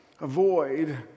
Avoid